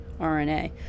RNA